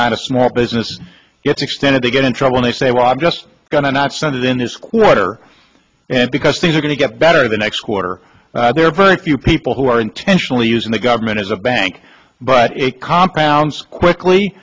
not a small business gets extended they get in trouble they say well i'm just going to not spend it in this quarter and because things are going to get better the next quarter there are very few people who are intentionally using the government as a bank but a compounds quickly